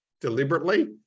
deliberately